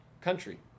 country